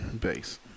base